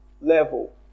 level